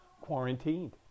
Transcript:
quarantined